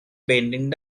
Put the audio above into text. bending